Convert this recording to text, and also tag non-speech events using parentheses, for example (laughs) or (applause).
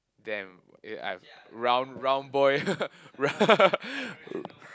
damn uh I'm round round boy (laughs) round